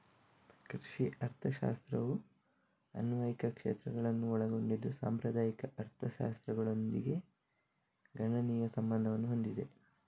ಕೃಷಿ ಅರ್ಥಶಾಸ್ತ್ರವು ಅನ್ವಯಿಕ ಕ್ಷೇತ್ರಗಳನ್ನು ಒಳಗೊಂಡಿದ್ದು ಸಾಂಪ್ರದಾಯಿಕ ಅರ್ಥಶಾಸ್ತ್ರದೊಂದಿಗೆ ಗಣನೀಯ ಸಂಬಂಧವನ್ನು ಹೊಂದಿದೆ